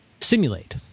simulate